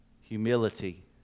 humility